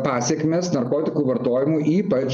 pasekmės narkotikų vartojimo ypač